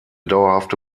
dauerhafte